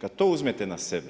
Kad to uzmete na sebe,